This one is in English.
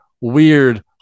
weird